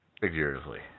Figuratively